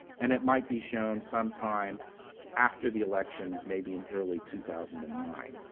and it might be shown sometime after the elections, maybe in early two thousand and nine.